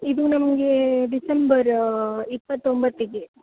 ಇದು ನಮಗೆ ಡಿಸೆಂಬರ್ ಇಪ್ಪತ್ತೊಂಬತ್ತಿಗೆ